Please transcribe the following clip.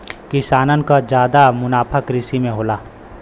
किसानन क जादा मुनाफा कृषि में होला